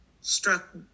struck